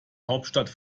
hauptstadt